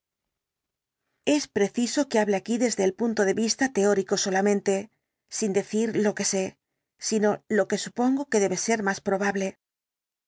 es preciso que hable aquí desde el punto de vista teórico solamente sin decir lo que sé sino lo que supongo que debe ser más probable